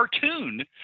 cartoon